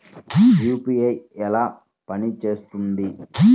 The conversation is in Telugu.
యూ.పీ.ఐ ఎలా పనిచేస్తుంది?